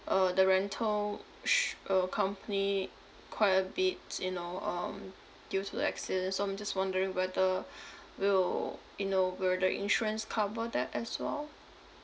uh the rental sh~ uh company quite a bits you know um due to the accident so I'm just wondering whether we will you know will the insurance cover that as well